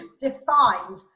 defined